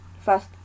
first